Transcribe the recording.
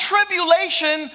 tribulation